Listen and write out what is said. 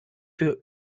für